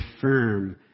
firm